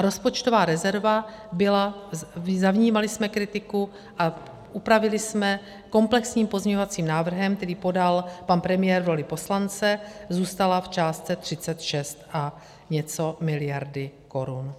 Rozpočtová rezerva zavnímali jsme kritiku a upravili jsme ji komplexním pozměňovacím návrhem, který podal pan premiér v roli poslance zůstala v částce 36 a něco miliard korun.